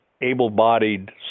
able-bodied